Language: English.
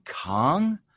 Kong